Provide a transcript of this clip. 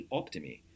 optimi